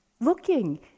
Looking